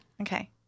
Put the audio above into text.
Okay